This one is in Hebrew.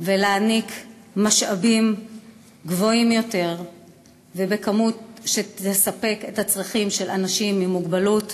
ולהעניק משאבים רבים יותר ובכמות שתספק את הצרכים של אנשים עם מוגבלות,